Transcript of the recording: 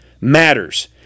matters